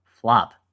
FLOP